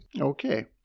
Okay